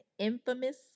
Infamous